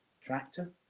tractor